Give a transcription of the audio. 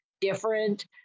different